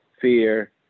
fear